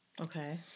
Okay